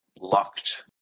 locked